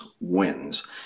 wins